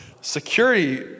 security